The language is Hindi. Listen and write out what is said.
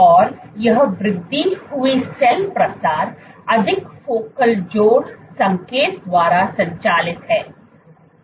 और यह वृद्धि हुई सेल प्रसार अधिक फोकल जोड़ संकेत द्वारा संचालित है